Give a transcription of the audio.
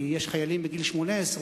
כי יש חיילים בגיל 18,